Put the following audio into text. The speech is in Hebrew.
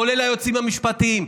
כולל היועצים המשפטיים,